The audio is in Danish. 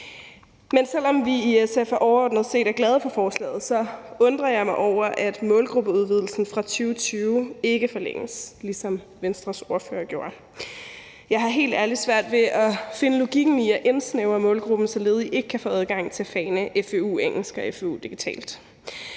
Men selv om vi i SF overordnet set er glade for forslaget, undrer jeg mig over, at målgruppeudvidelsen fra 2022 ikke forlænges, ligesom Venstres ordfører gjorde. Jeg har helt ærligt svært ved at finde logikken i at indsnævre målgruppen, så ledige ikke kan få adgang til fagene fvu-engelsk og fvu-digital.